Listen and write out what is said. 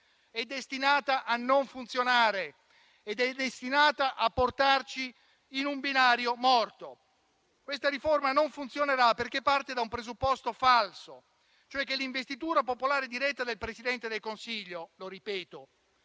è destinata a non funzionare ed è destinata a portarci su un binario morto. Questa riforma non funzionerà perché parte da un presupposto falso, e cioè l'investitura popolare diretta del Presidente del Consiglio che - lo ripeto